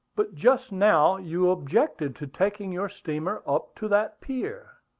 but just now you objected to taking your steamer up to that pier.